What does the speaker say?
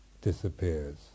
disappears